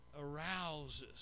arouses